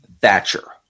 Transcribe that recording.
Thatcher